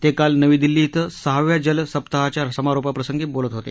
ते काल नवी दिल्ली इथं सहाव्याजल सप्ताहाच्या समारोपाप्रसंगी बोलत होते